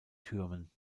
türmen